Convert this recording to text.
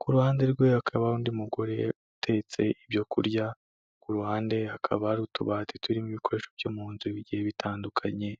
ku ruhande rwe hakaba hari undi mugore utetse ibyo kurya, ku ruhande hakaba hari utubati turimo ibikoresho byo mu nzu bigiye bitandukanye.